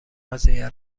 قضیه